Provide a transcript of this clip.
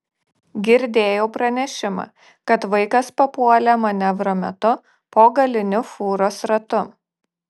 girdėjau pranešimą kad vaikas papuolė manevro metu po galiniu fūros ratu